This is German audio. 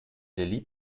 lilli